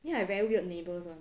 then like very weird neighbours [one]